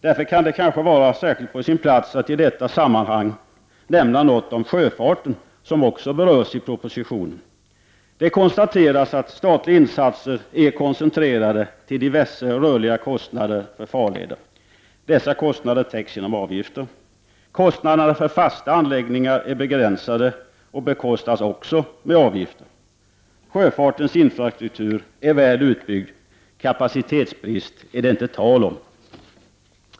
Därför kan det vara på sin plats att i detta sammanhang nämna något om sjöfarten, som också har berörts i propositionen. Det konstateras att statliga insatser är koncentrerade till diverse rörliga kostnader för farleder. Dessa kostnader täcks genom avgifter. Medlen för fasta anläggningar är begränsade, och även här är det fråga om avgifter. Sjöfartens infrastruktur är väl utbyggd. Kapacitetsbrist är det inte tal om.